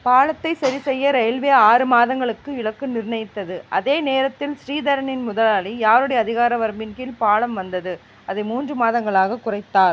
பாலத்தை சரிசெய்ய ரயில்வே ஆறு மாதங்களுக்கு இலக்கு நிர்ணயித்தது அதே நேரத்தில் ஸ்ரீதரனின் முதலாளி யாருடைய அதிகார வரம்பின் கீழ் பாலம் வந்தது அதை மூன்று மாதங்களாகக் குறைத்தார்